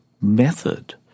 method